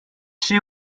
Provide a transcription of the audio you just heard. see